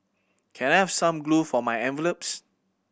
can I have some glue for my envelopes